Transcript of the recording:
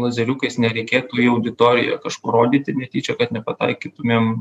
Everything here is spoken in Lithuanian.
lazeriukais nereikėtų į auditoriją kažkur rodyti netyčia kad nepataikytumėm